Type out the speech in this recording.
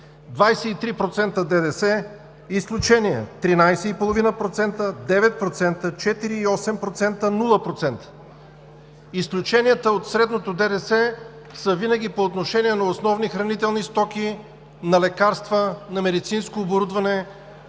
23% ДДС, изключения: 13,5%; 9%; 4,8%; 0%. Изключенията от средното ДДС са винаги по отношение на основни хранителни стоки, на лекарства, на медицинско оборудване,